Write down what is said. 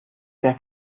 sehr